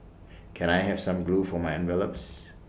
can I have some glue for my envelopes